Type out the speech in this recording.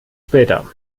später